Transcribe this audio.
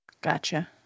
Gotcha